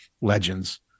legends